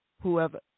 Whoever